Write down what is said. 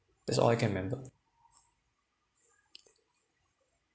that's all I can remember